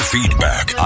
Feedback